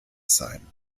sein